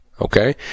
okay